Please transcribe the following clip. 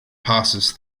passes